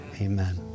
amen